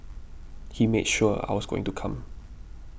he made sure I was going to come